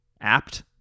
apt